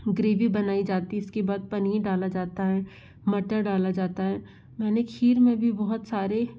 gravy बनाई जाती है इसके बाद पनीर डाला जाता है मटर डाला जाता है मैंने खीर में भी बहुत सारे